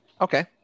Okay